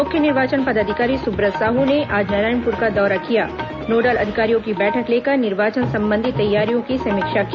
मुख्य निर्वाचन पदाधिकारी सुब्रत साहू ने आज नारायणपूर का दौरा किया नोडल अधिकारियों की बैठक लेकर निर्वाचन संबंधी तैयारियों की समीक्षा की